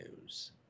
news